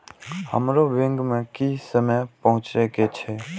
हमरो बैंक में की समय पहुँचे के छै?